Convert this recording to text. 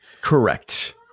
Correct